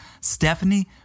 Stephanie